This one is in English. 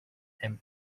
and